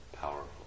powerful